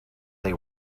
they